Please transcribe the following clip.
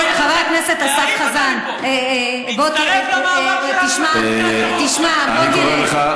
חבר הכנסת אסף חזן, תשמע, תשמע, בוא תראה.